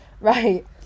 Right